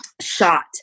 shot